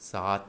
सात